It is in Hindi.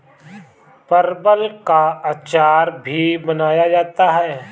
परवल का अचार भी बनाया जाता है